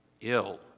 ill